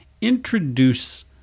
introduce